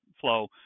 flow